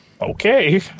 Okay